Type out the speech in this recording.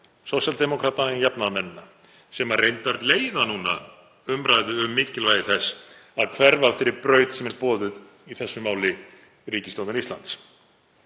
sósíaldemókrata og jafnaðarmenn sem reyndar leiða núna umræðuna um mikilvægi þess að hverfa af þeirri braut sem er boðuð í þessu máli ríkisstjórnar Íslands.